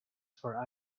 for